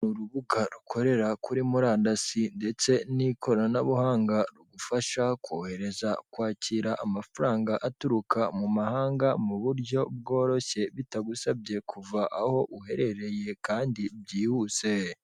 Urubuga rukorera kuri murandasi ndetse n'ikoranabuhanga rugufasha kohereza, kwakira amafaranga aturuka mu mahanga, mu buryo bworoshye, bitagusabye kuva aho uherereye kandi byihuse.